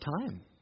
time